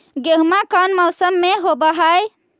गेहूमा कौन मौसम में होब है?